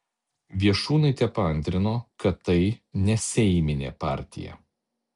viešūnaitė paantrino kad tai neseiminė partija